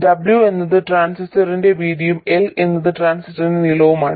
W എന്നത് ട്രാൻസിസ്റ്ററിന്റെ വീതിയും L എന്നത് ട്രാൻസിസ്റ്ററിന്റെ നീളവുമാണ്